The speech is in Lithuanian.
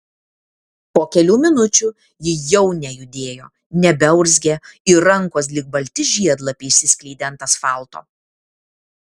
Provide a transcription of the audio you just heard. po kelių minučių ji jau nejudėjo nebeurzgė ir rankos lyg balti žiedlapiai išsiskleidė ant asfalto